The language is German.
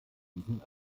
diesen